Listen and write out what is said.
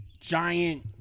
giant